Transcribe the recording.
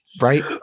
right